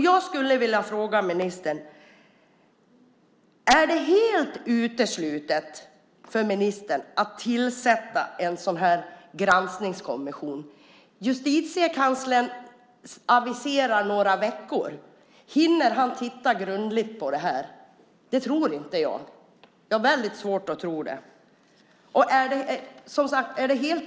Jag skulle vilja fråga ministern: Är det helt uteslutet för ministern att tillsätta en granskningskommission? Justitiekanslern aviserar en utredning på några veckor. Hinner han titta grundligt på detta? Jag har väldigt svårt att tro det.